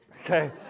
okay